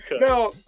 Now